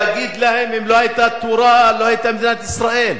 תגיד להם, אם לא היתה תורה, לא היתה מדינת ישראל.